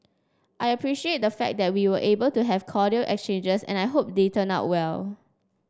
I appreciate the fact that we were able to have cordial exchanges and I hope they turn out well